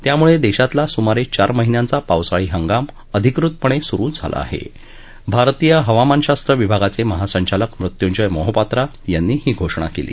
त्यामुळविश्वतला सुमारा क्वार महिन्यांचा पावसाळी हंगाम अधिकृतपणसुरू झाला आहामारतीय हवामानशास्त्र विभागाचा महासंचालक मृत्युंजय मोहोपात्रा यांनी ही घोषणा कली